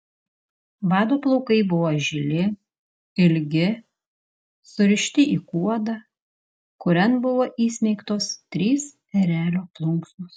vado plaukai buvo žili ilgi surišti į kuodą kurian buvo įsmeigtos trys erelio plunksnos